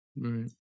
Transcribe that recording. Right